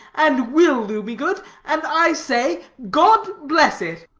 and will do me good and i say, god bless it!